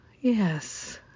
Yes